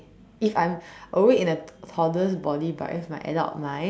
if I'm awake in a toddler's body but with my adult mind